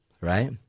right